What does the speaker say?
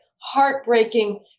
heartbreaking